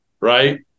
right